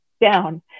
down